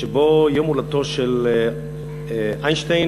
יום הולדתו של איינשטיין.